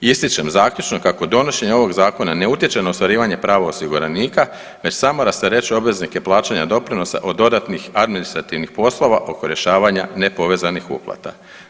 Ističem zaključno kako donošenje ovog zakona ne utječe na ostvarivanje prava osiguranika već samo rasterećuje obveznike plaćanja doprinosa od dodatnih administrativnih poslova oko rješavanja nepovezanih uplata.